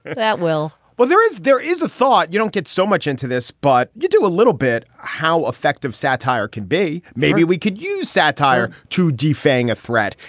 that will well, there is there is a thought. you don't get so much into this, but you do a little bit how effective satire can be. maybe we could use satire to defang a threat.